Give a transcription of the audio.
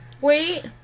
Wait